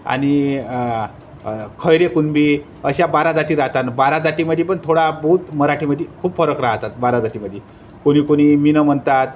आणि खैरे कुणबी अशा बारा जाती राहतात आणि बाराजातीमध्ये पण थोडा बहुत मराठीमध्ये खूप फरक राहतात बाराजातीमधे कोणी कोणी मिनं म्हणतात